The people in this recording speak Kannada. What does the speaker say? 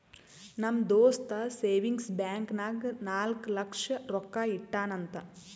ನಮ್ ದೋಸ್ತ ಸೇವಿಂಗ್ಸ್ ಬ್ಯಾಂಕ್ ನಾಗ್ ನಾಲ್ಕ ಲಕ್ಷ ರೊಕ್ಕಾ ಇಟ್ಟಾನ್ ಅಂತ್